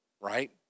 right